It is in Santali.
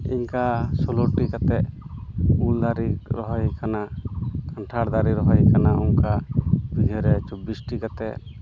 ᱮᱠᱟ ᱥᱳᱞᱳᱴᱤ ᱠᱟᱛᱮᱫ ᱩᱞ ᱫᱟᱨᱮ ᱨᱚᱦᱚᱭ ᱠᱟᱱᱟ ᱠᱟᱱᱴᱷᱟᱲ ᱫᱟᱨᱮ ᱨᱚᱦᱚᱭ ᱠᱟᱱᱟ ᱚᱝᱠᱟ ᱵᱤᱜᱷᱟᱹᱨᱮ ᱪᱚᱵᱽᱵᱤᱥᱴᱤ ᱠᱟᱛᱮᱫ